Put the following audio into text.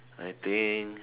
I think